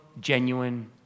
genuine